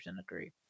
agree